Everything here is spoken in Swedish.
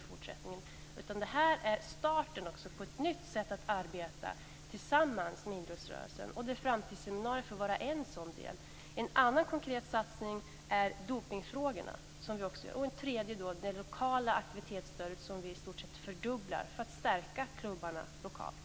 Detta är starten för ett nytt sätt att arbeta tillsammans med idrottsrörelsen. Framtidsseminarierna är en sådan del. En annan konkret satsning är dopningsfrågorna. En tredje satsning är det lokala aktivitetsstödet, som vi i stort sett fördubblar för att stärka klubbarna lokalt.